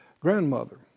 grandmother